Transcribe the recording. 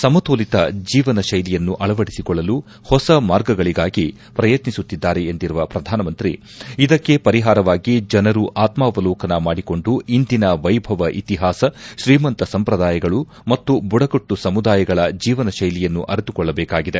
ಸಮತೋಲಿತ ಜೀವನಶೈಲಿಯನ್ನು ಅಳವಡಿಸಿಕೊಳ್ಳಲು ಹೊಸ ಮಾರ್ಗಗಳಿಗಾಗಿ ಪ್ರಯತ್ನಿಸುತ್ತಿದ್ದಾರೆ ಎಂದಿರುವ ಪ್ರಧಾನಮಂತ್ರಿ ಇದಕ್ಕೆ ಪರಿಹಾರವಾಗಿ ಜನರು ಆತ್ನಾವಲೋಕನ ಮಾಡಿಕೊಂಡು ಇಂದಿನ ವೈಭವ ಇತಿಹಾಸ ಶ್ರೀಮಂತ ಸಂಪ್ರದಾಯಗಳು ಮತ್ತು ಬುಡಕಟ್ಟು ಸಮುದಾಯಗಳ ಜೀವನತೈಲಿಯನ್ನು ಅರಿತುಕೊಳ್ಟಬೇಕಾಗಿದೆ